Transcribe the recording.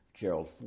Gerald